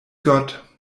gott